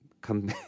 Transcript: come